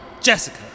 Jessica